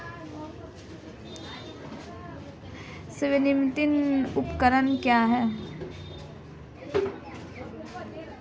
स्वनिर्मित उपकरण क्या है?